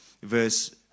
verse